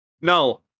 No